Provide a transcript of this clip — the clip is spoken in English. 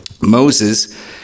Moses